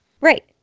Right